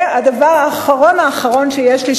והדבר האחרון שיש לי,